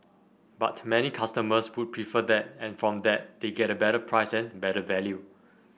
but many customers would prefer that and from that they get a better price and better value